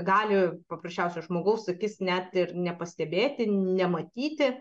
gali paprasčiausio žmogaus akis net ir nepastebėti nematyti